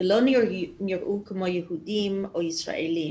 לא נראו כמו יהודים או ישראלים.